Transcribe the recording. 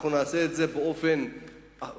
אנחנו נעשה את זה באופן אחראי,